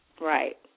Right